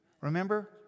Remember